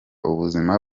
ubuzima